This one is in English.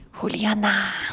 Juliana